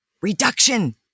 reduction